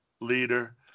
leader